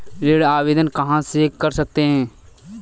ऋण आवेदन कहां से कर सकते हैं?